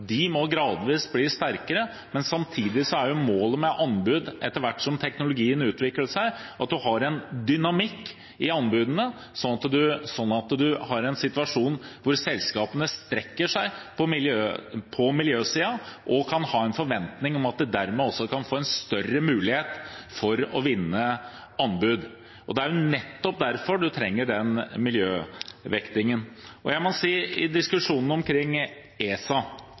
De må gradvis bli strengere, men samtidig er målet med anbud at man har en dynamikk i anbudene etter hvert som teknologien utvikler seg, sånn at man har en situasjon hvor selskapene strekker seg på miljøsiden og dermed kan ha forventning om bedre mulighet til å vinne anbud. Det er nettopp derfor man trenger den miljøvektingen. Jeg må si til diskusjonene omkring ESA